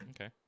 Okay